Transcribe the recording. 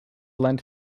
lent